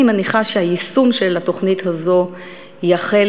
אני מניחה שהיישום של התוכנית הזאת יחל